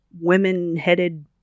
women-headed